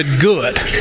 Good